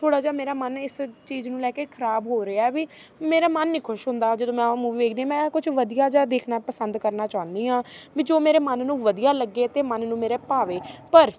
ਥੋੜ੍ਹਾ ਜਿਹਾ ਮੇਰਾ ਮਨ ਇਸ ਚੀਜ਼ ਨੂੰ ਲੈ ਕੇ ਖਰਾਬ ਹੋ ਰਿਹਾ ਵੀ ਮੇਰਾ ਮਨ ਨਹੀਂ ਖੁਸ਼ ਹੁੰਦਾ ਜਦੋਂ ਮੈਂ ਆਹ ਮੂਵੀ ਵੇਖਦੀ ਮੈਂ ਕੁਛ ਵਧੀਆ ਜਿਹਾ ਦੇਖਣਾ ਪਸੰਦ ਕਰਨਾ ਚਾਹੁੰਦੀ ਹਾਂ ਵੀ ਜੋ ਮੇਰੇ ਮਨ ਨੂੰ ਵਧੀਆ ਲੱਗੇ ਅਤੇ ਮਨ ਨੂੰ ਮੇਰੇ ਭਾਵੇ ਪਰ